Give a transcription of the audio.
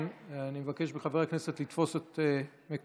אני מבקש מחברי הכנסת לתפוס את מקומם.